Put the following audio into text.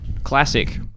classic